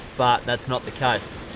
but that's not the case.